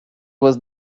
was